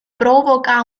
provoca